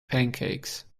pancakes